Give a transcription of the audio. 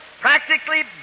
practically